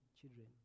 children